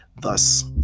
Thus